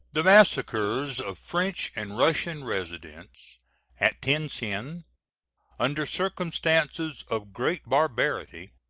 the massacres of french and russian residents at tien-tsin, under circumstances of great barbarity,